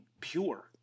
pure